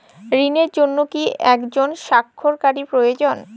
ঋণের জন্য কি একজন স্বাক্ষরকারী প্রয়োজন?